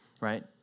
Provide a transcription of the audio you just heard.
right